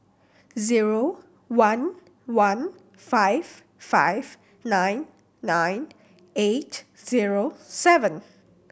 zero one one five five nine nine eight zero seven